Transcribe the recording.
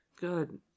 Good